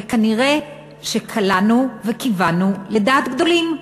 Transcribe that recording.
וכנראה קלענו וכיוונו לדעת גדולים,